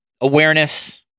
awareness